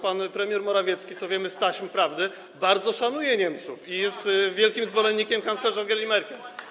Pan premier Morawiecki, co wiemy z taśm prawdy, bardzo szanuje Niemców i jest wielkim zwolennikiem kanclerz Angeli Merkel.